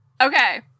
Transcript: Okay